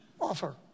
offer